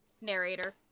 narrator